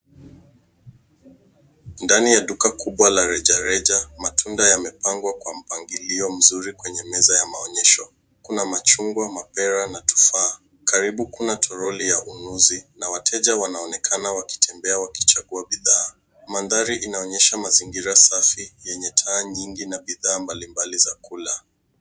Ndani ya duka kubwa la rejareja matunda yamepangwa kwa mpangilio mzuri kwenye meza ya maonyesho. Kuna machungwa, mapera na tufaha. Karibu kuna toroli ya ununuzi na wateja wanaonekana wakitembea wakichagua bidhaa. Mandhari inaonyesha mazingira safi yenye taa nyingi na bidhaa mbali mbali za kula.